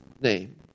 name